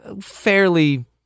Fairly